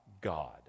God